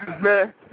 man